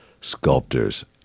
sculptors